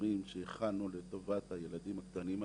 אביזרים שהכנו לטובת הילדים הקטנים האלה,